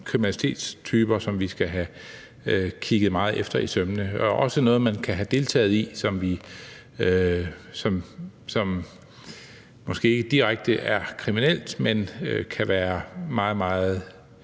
kriminalitetstyper, vi skal have kigget meget efter i sømmene, og også noget, som man kan have deltaget i, som måske ikke er direkte kriminelt, men som kan være meget, meget